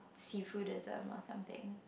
seafood-ism or something